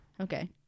Okay